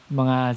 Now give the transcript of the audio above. mga